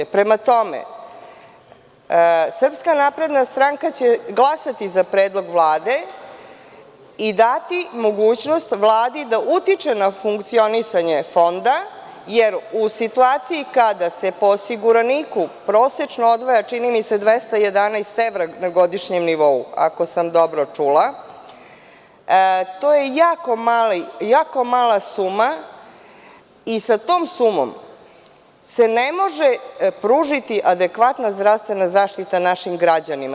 Prema tome, Srpska napredna stranka će glasati za predlog Vlade i dati mogućnost Vladi da utiče na funkcionisanje Fonda, jer u situaciji kada se po osiguraniku prosečno odvaja 211 evra na godišnjem novu, ako sam dobro čula, to je jako mala suma i sa tom sumom se ne može pružiti adekvatna zdravstvena zaštita našim građanima.